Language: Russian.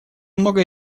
много